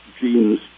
genes